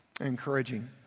Encouraging